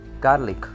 garlic